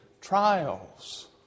trials